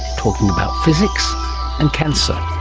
talking about physics and cancer.